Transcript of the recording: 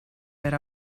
per